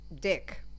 dick